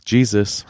Jesus